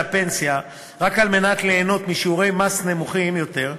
הפנסיה רק על מנת ליהנות משיעורי מס נמוכים יותר,